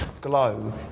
glow